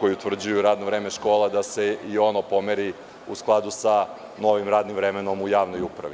koji utvrđuju radno vreme škola, da se i ono pomeri u skladu sa novim radnim vremenom u javnoj upravi?